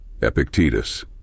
Epictetus